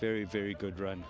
very very good run